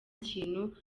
kintu